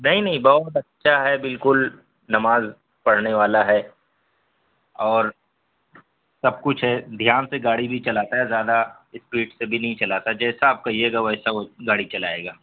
نہیں نہیں بہت اچھا ہے بالکل نماز پڑھنے والا ہے اور سب کچھ ہے دھیان سے گاڑی بھی چلاتا ہے زیادہ اسپیڈ سے بھی نہیں چلاتا جیسا آپ کہیئے گا ویسا وہ گاڑی چلائے گا